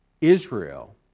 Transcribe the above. Israel